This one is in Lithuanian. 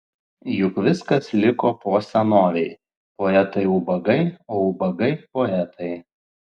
juk viskas liko po senovei poetai ubagai o ubagai poetai